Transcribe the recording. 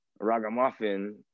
ragamuffin